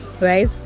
right